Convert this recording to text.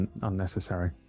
unnecessary